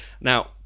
Now